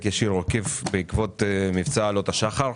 ישיר או עקיף בעקבות מבצע עלות השחר.